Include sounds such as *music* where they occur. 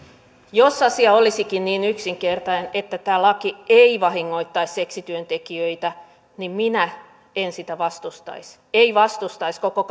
jos asia olisikin niin yksinkertainen että tämä laki ei vahingoittaisi seksityöntekijöitä niin minä en sitä vastustaisi ei vastustaisi koko *unintelligible*